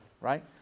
right